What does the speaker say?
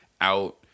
out